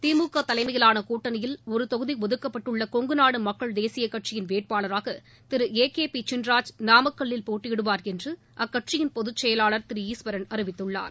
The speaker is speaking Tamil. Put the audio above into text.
திமுக தலைமையிலான கூட்டணியில் ஒரு தொகுதி ஒதுக்கப்பட்டுள்ள கொங்குநாடு மக்கள் தேசிய கட்சியின் வேட்பாளராக Thiru A K P Chinraj நாமக்கல்லில் போட்டியிடுவார் என்று அக்கட்சியின் பொதுச் செயலாளர் திரு ஈஸ்வரன் அறிவித்துள்ளார்